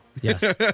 Yes